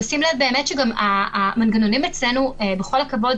בשים לב שהמנגנונים אצלנו בכל הכבוד